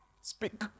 Speak